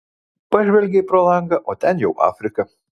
pažvelgei pro langą o ten jau afrika